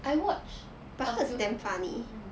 I watch a few episodes mm